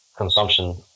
consumption